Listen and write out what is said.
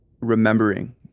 remembering